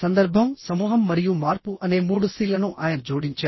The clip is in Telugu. సందర్భం సమూహం మరియు మార్పు అనే మూడు సి లను ఆయన జోడించారు